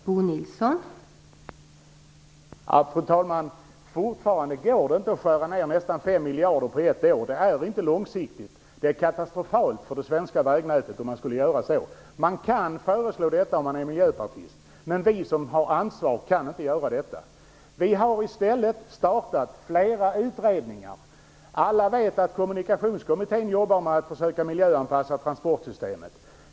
Fru talman! Det går fortfarande inte att skära ner nästan 5 miljarder på ett år. Det här är inte långsiktigt. Det vore katastrofalt för det svenska vägnätet om man skulle göra så. Man kan föreslå detta om man är miljöpartist. Men vi som har ansvar kan inte göra det. Vi har i stället startat flera utredningar. Alla vet att Kommunikationskommittén jobbar med att försöka miljöanpassa transportsystemet.